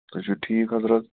تُہۍ چھُو ٹھیٖک حضرت